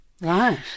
Right